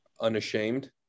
unashamed